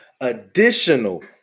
additional